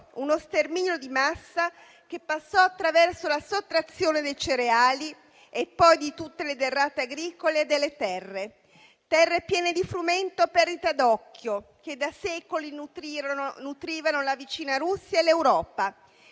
uno sterminio di massa che passò attraverso la sottrazione dei cereali, di tutte le derrate agricole e delle terre. Terre piene di frumento a perdita d'occhio, che da secoli nutrivano la vicina Russia e l'Europa.